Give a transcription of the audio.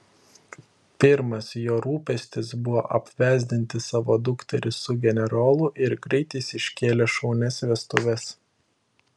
pirmas jo rūpestis buvo apvesdinti savo dukterį su generolu ir greit jis iškėlė šaunias vestuves